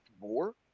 more